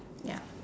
ya